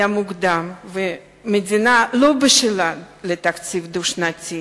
מוקדם והמדינה לא בשלה לתקציב דו-שנתי,